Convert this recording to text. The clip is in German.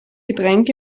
getränk